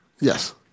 Yes